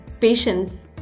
patience